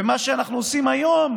ומה שאנחנו עושים היום